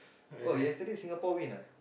oh yesterday Singapore win ah